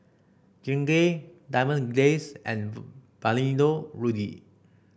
Bengay Diamond Days and Valentino Rudy